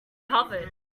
covered